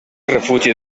refugi